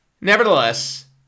Nevertheless